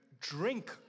drink